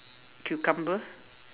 cucumber